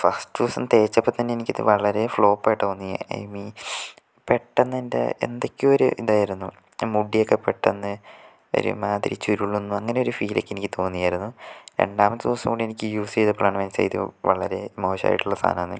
first ദിവസം തേച്ചപ്പം തന്നെ ഇത് എനിക്ക് വളരെ ഫ്ലോപ്പ് ആയിട്ടാണ് തോന്നിയത് ഐ മീൻ പെട്ടെന്ന് എൻ്റെ എന്തൊക്കെയോ ഒരു ഇതായിരുന്നു മുടിയൊക്കെ പെട്ടെന്ന് ഒരുമാതിരി ചുരുളുന്നു അങ്ങനെയൊരു ഫീലൊക്കെ എനിക്ക് തോന്നിയായിരുന്നു രണ്ടാമത്തെ ദിവസം കൂടി ഇത് യൂസ് ചെയ്തപ്പോഴാണ് എനിക്ക് മനസ്സിലായത് ഇത് വളരെ മോശമായിട്ടുള്ള സാധനമാണെന്ന്